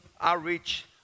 Outreach